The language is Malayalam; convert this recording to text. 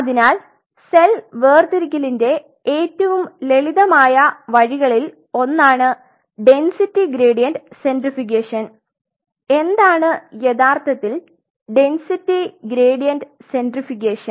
അതിനാൽ സെൽ വേർതിരിക്കലിന്റെ ഏറ്റവും ലളിതമായ വഴികളിൽ ഒന്നാണ് ഡെൻസിറ്റി ഗ്രേഡിയന്റ് സെൻട്രിഫ്യൂഗേഷൻ എന്താണ് യഥാർത്ഥത്തിൽ ഡെൻസിറ്റി ഗ്രേഡിയന്റ് സെൻട്രിഫ്യൂഗേഷൻ